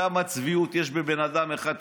כמה צביעות דחוסה יש בבן אדם אחד.